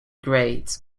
great